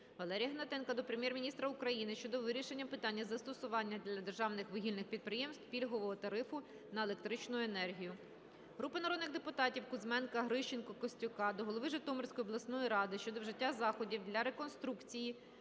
Валерія Гнатенка до Прем'єр-міністра України щодо вирішення питання застосування для державних вугільних підприємств пільгового тарифу на електричну енергію. групи народних депутатів (Кузьміних, Грищенко, Костюка) до голови Житомирської обласної ради щодо вжиття заходів для реконструкції